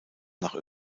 nach